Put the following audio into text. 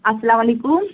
اَلسَلامُ علیکُم